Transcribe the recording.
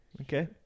Okay